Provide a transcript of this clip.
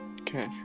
Okay